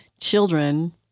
children